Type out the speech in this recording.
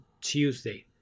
Tuesday